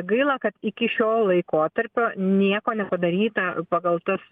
gaila kad iki šio laikotarpio nieko nepadaryta pagal tas